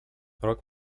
rok